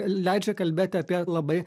leidžia kalbėt apie labai